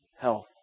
health